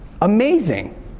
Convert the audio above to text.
Amazing